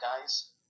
guys